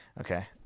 Okay